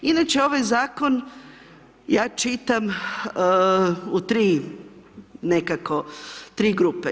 Inače ovaj Zakon, ja čitam u tri nekako, tri grupe.